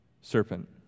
serpent